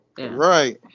Right